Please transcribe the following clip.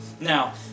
Now